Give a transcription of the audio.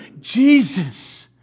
Jesus